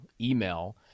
email –